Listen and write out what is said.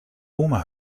oma